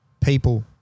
people